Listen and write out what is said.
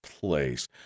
place